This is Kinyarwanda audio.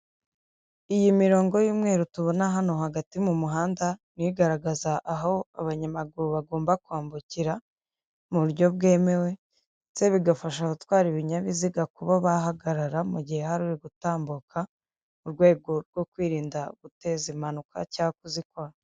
Iyi mirongo y'umweru tubona hano hagati mu muhanda ni igaragaza aho abanyamaguru bagomba kwambukira mu buryo bwemewe ndetse bigafasha abatwara ibinyabiziga kuba bahagarara mu gihe hari uri gutambuka murwego rwo kwirinda guteza impanuka cyangwa kuzikora.